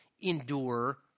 endure